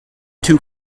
two